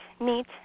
meet